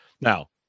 Now